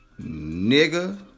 nigga